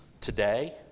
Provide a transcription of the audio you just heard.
today